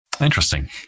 Interesting